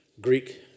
Greek